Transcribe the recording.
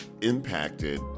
impacted